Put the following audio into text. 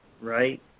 right